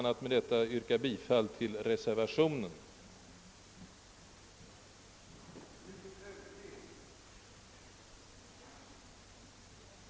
Med det anförda ber jag att få yrka bifall till den vid utskottets utlåtande fogade reservationen.